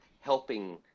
helping